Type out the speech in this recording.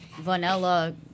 vanilla